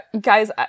guys